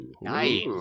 Nice